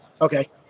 Okay